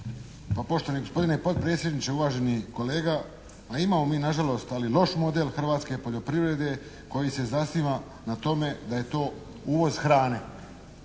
Poštovani gospodine potpredsjedniče, uvaženi kolega. Pa imamo mi na žalost, ali loš model hrvatske poljoprivrede koji se zasniva na tome da je to uvoz hrane.